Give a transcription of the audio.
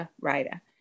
writer